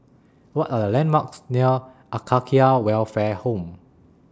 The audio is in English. What Are The landmarks near Acacia Welfare Home